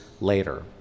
later